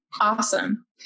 Awesome